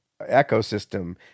ecosystem